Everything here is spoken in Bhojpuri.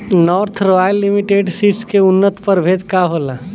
नार्थ रॉयल लिमिटेड सीड्स के उन्नत प्रभेद का होला?